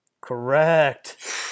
Correct